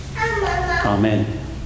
Amen